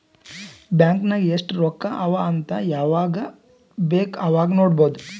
bank ನಾಗ್ ಎಸ್ಟ್ ರೊಕ್ಕಾ ಅವಾ ಅಂತ್ ಯವಾಗ ಬೇಕ್ ಅವಾಗ ನೋಡಬೋದ್